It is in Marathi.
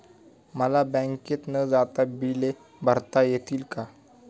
मला बँकेत न जाता बिले भरता येतील का?